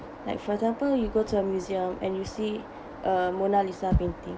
like for example you go to a museum and you see a mona lisa painting